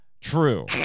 True